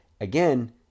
again